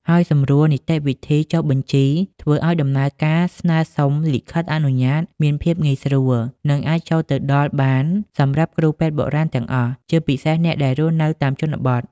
ហើយសម្រួលនីតិវិធីចុះបញ្ជី ធ្វើឲ្យដំណើរការស្នើសុំលិខិតអនុញ្ញាតមានភាពងាយស្រួល និងអាចចូលទៅដល់បានសម្រាប់គ្រូពេទ្យបុរាណទាំងអស់ ជាពិសេសអ្នកដែលរស់នៅតាមជនបទ។